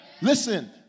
Listen